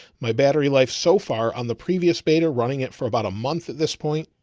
my battery life so far on the previous beta, running it for about a month at this point,